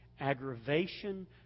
aggravation